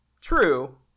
True